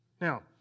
Now